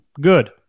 good